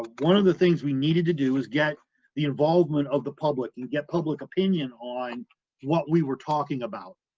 one of the things we needed to do was get the involvement of the public and get public opinion on what we were talking about,